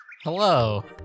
Hello